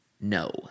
no